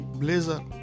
blazer